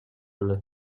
эле